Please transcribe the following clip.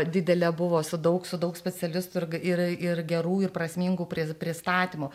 didelė buvo su daug su daug specialistų ir ir gerų ir prasmingų prie pristatymų